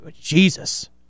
Jesus